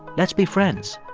let's be friends